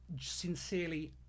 sincerely